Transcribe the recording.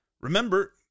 Remember